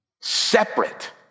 Separate